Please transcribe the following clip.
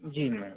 जी ma'am